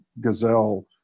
gazelle